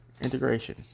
integration